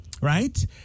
right